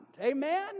Amen